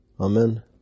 Amen